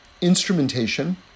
instrumentation